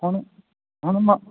ਹੁਣ ਹੁਣ ਮ